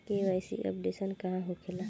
KYC updation का होखेला?